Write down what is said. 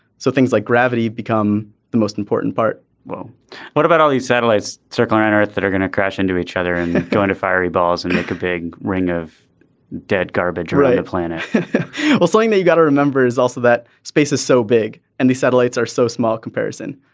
so things like gravity become the most important part well what about all these satellites circle around earth that are going to crash into each other and go into fiery balls and make a big ring of dead garbage really a planet well something that you gotta remember is also that space is so big and these satellites are so small comparison.